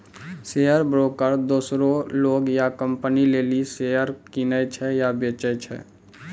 share broker दोसरो लोग या कंपनी लेली शेयर किनै छै या बेचै छै